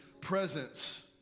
presence